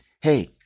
Hey